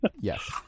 Yes